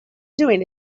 doing